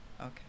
Okay